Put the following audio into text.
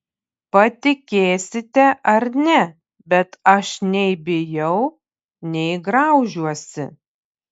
patikėsite ar ne bet aš nei bijau nei graužiuosi